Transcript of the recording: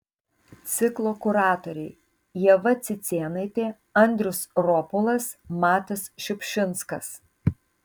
ciklo kuratoriai ieva cicėnaitė andrius ropolas matas šiupšinskas